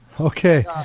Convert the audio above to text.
Okay